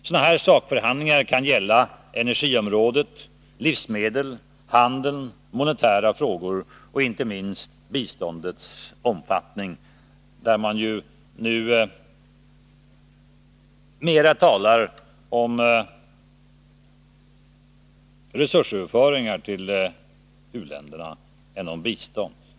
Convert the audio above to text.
Sådana sakförhandlingar kan gälla energi, livsmedel, handel, monetära frågor och inte minst biståndets omfattning, där man nu mera talar om resursöverföringar till u-länderna än om bistånd.